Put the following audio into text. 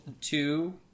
Two